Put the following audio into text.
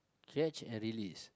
catch and release